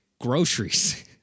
groceries